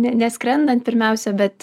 ne neskrendant pirmiausia bet